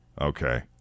Okay